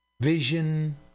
Vision